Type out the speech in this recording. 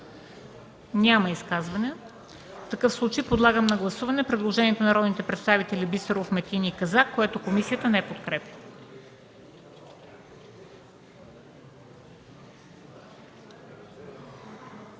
Изказвания? Няма. Подлагам на гласуване предложението на народните представители Бисеров, Метин и Казак, което комисията не подкрепя.